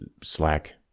Slack